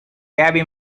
gabby